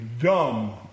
dumb